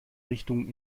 richtung